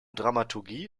dramaturgie